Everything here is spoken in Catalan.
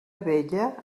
vella